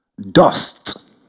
dust